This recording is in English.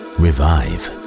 revive